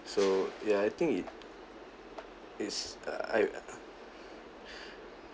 so ya I think it is uh I uh